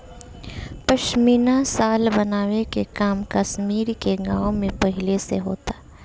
पश्मीना शाल बनावे के काम कश्मीर के गाँव में पहिले से होता